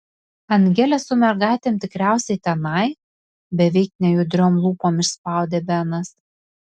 angelė su mergaitėm tikriausiai tenai beveik nejudriom lūpom išspaudė benas